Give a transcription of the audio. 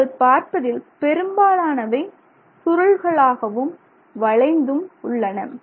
நீங்கள் பார்ப்பதில் பெரும்பாலானவை சுருள்களாகவும் வளைந்தும் உள்ளன